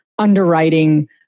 underwriting